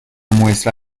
muestra